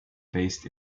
based